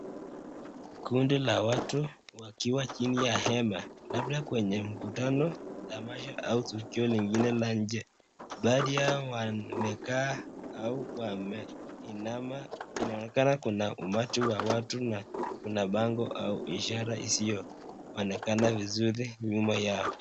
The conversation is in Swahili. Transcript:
Kundi la watu wakiwa chini ya hema labda kwenye mkutano ,tamasha ama tukio lingine la nje. Baadhi yao wamekaa au wameinama. Inaonekana kuna umati wa watu na kuna bango au ishara isiyoonekana vizuri nyuma yao.